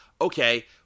okay